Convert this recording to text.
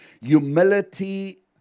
Humility